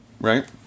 right